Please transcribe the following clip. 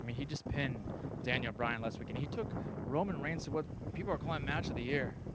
he just pinned daniel bryan last weekend, he took roman reigns through what people are calling match of the year.